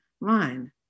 line